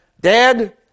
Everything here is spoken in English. Dad